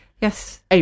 Yes